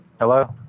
Hello